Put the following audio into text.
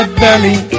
belly